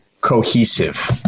cohesive